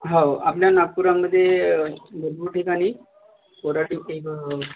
हो आपल्या नागपुरामध्ये भरपूर ठिकाणी कोराडी एक